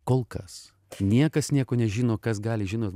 kol kas niekas nieko nežino kas gali žinot